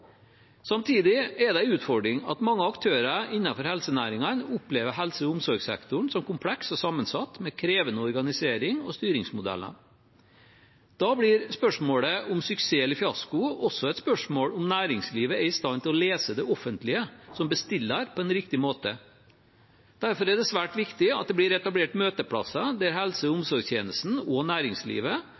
Samtidig er det en utfordring at mange aktører innenfor helsenæringene opplever helse- og omsorgssektoren som kompleks og sammensatt med krevende organisering og styringsmodeller. Da blir spørsmålet om suksess eller fiasko også et spørsmål om næringslivet er i stand til å lese det offentlige som bestiller på en riktig måte. Derfor er det svært viktig at det blir etablert møteplasser der helse- og omsorgstjenesten og næringslivet